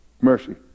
mercy